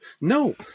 No